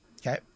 Okay